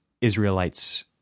Israelites